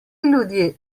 ljudje